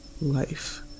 life